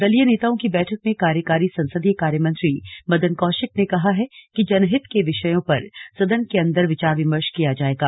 दलीय नेताओं की बैठक में कार्यकारी संसदीय कार्य मंत्री मदन कौशिक ने कहा है कि जनहित के विषयों पर सदन के अन्दर विचार विमर्श किया जायेगा